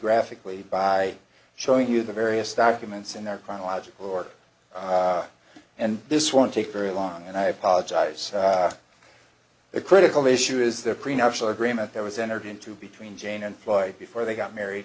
graphically by showing you the various documents and their chronological order and this won't take very long and i apologize for the critical issue is there a prenuptial agreement that was entered into between jane and floyd before they got married